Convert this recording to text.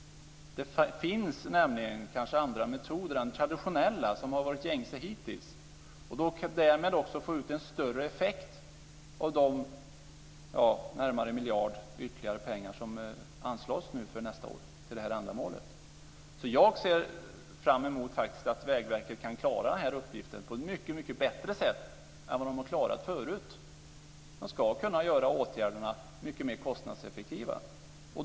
Det finns kanske andra metoder än de traditionella som varit gängse hittills. Därmed får man också ut en större effekt av de ytterligare pengar på närmare en miljard som nu anslås för nästa år till det här ändamålet. Jag ser fram emot att Vägverket kan klara uppgiften på ett mycket bättre sätt än vad man har gjort förut. Man ska kunna göra åtgärderna mycket mer kostnadseffektiva.